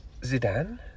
Zidane